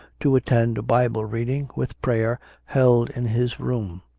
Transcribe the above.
to attend a bible reading, with prayer, held in his room.